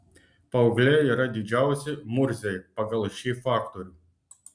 paaugliai yra didžiausi murziai pagal šį faktorių